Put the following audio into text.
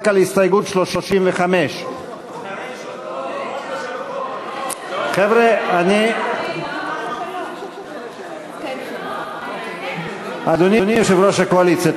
על הסתייגות מס' 35. אדוני יושב-ראש הקואליציה,